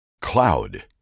Cloud